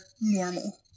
normal